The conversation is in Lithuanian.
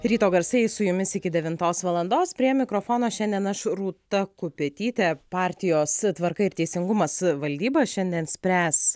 ryto garsai su jumis iki devintos valandos prie mikrofono šiandien aš rūta kupetytė partijos tvarka ir teisingumas valdyba šiandien spręs